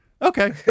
Okay